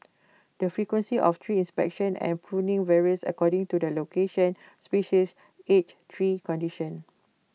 the frequency of tree inspection and pruning varies according to the location species age tree condition